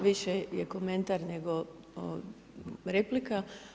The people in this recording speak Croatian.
Više je komentar nego replika.